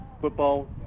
football